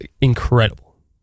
incredible